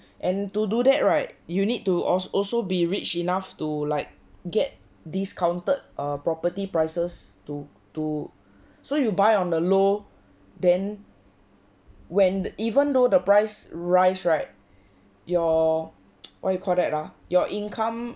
and to do that right you need to als~ also be rich enough to like get discounted err property prices to to so you buy on the low then when even though the price rise right your what you call that ah your income